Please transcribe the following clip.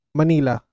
manila